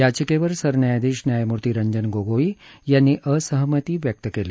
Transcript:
याचिकेवर सरन्यायाधीश न्यायम्ती रंजन गोगोई यांनी असहमती व्यक्त केली